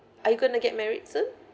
are you gonna get married soon